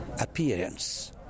appearance